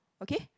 okay